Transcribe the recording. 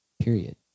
Period